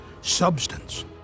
substance